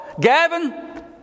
Gavin